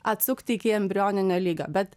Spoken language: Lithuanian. atsukti iki embrioninio lygio bet